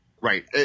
Right